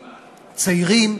צעירים,